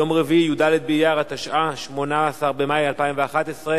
אנחנו רשמנו אותך, אדוני יושב-ראש ועדת חוקה.